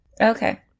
Okay